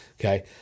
okay